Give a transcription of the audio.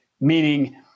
meaning